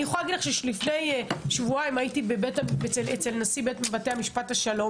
אני יכולה להגיד לך שלפני שבועיים הייתי אצל נשיא בתי משפט השלום